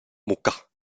moka